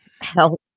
health